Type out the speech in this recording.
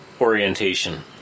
orientation